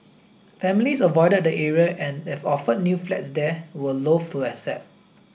families avoided the area and if offered new flats there were loathe to accept